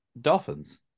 Dolphins